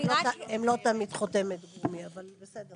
הם לא תמיד חותמת גומי, אבל בסדר.